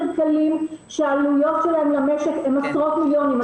קלים שהעלויות שלהם למשק הן עשרות מליונים.